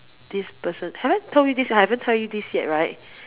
this person have I told you this I haven't tell you this yet right